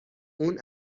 اون